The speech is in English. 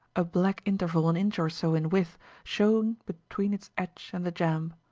a black interval an inch or so in width showing between its edge and the jamb.